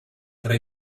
tra